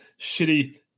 shitty